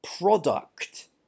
product